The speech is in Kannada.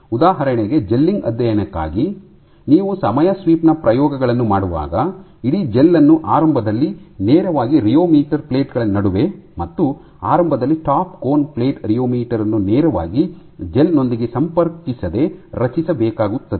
ಉದಾಹರಣೆಗೆ ಜೆಲ್ಲಿಂಗ್ ಅಧ್ಯಯನಕ್ಕಾಗಿ ನೀವು ಸಮಯ ಸ್ವೀಪ್ ನ ಪ್ರಯೋಗಗಳನ್ನು ಮಾಡುವಾಗ ಇಡೀ ಜೆಲ್ ಅನ್ನು ಆರಂಭದಲ್ಲಿ ನೇರವಾಗಿ ರಿಯೋಮೀಟರ್ ಪ್ಲೇಟ್ ಗಳ ನಡುವೆ ಮತ್ತು ಆರಂಭದಲ್ಲಿ ಟಾಪ್ ಕೋನ್ ಪ್ಲೇಟ್ ರಿಯೋಮೀಟರ್ ಅನ್ನು ನೇರವಾಗಿ ಜೆಲ್ ನೊಂದಿಗೆ ಸಂಪರ್ಕಿಸದೆ ರಚಿಸಬೇಕಾಗುತ್ತದೆ